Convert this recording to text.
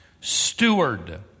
steward